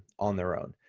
on their own.